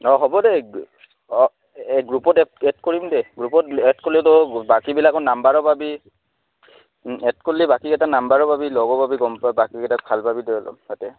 অঁ হ'ব দে অঁ গ্ৰুপত এড এড কৰিম দে গ্ৰুপত এড কৰিলেতো বাকীবিলাকৰ নাম্বাৰো পাবি এড কৰলে বাকীকেইটা নাম্বাৰো পাবি লগো পাবি গম পাবি বাকীকেইটাক ভাল পাবি দে অলপ তাতে